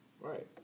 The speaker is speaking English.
Right